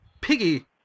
Piggy